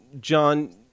John